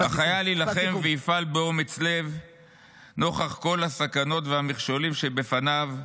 "החייל יילחם ויפעל באומץ לב נוכח כל הסכנות והמכשולים שבפניו,